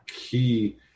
key